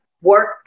work